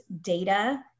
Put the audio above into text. data